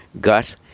gut